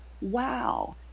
wow